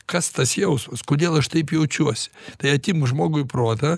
kas tas jausmas kodėl aš taip jaučiuosi tai atimk žmogui protą